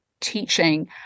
teaching